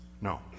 No